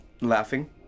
laughing